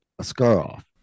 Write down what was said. Ascaroff